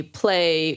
play